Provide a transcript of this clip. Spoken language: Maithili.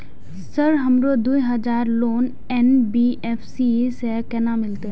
सर हमरो दूय हजार लोन एन.बी.एफ.सी से केना मिलते?